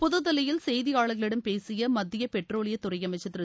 புதுதில்லியில் செய்தியாளர்களிடம் பேசிய மத்திய பெட்ரோலியத் துறை அமைச்சர் திரு